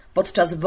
Podczas